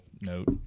note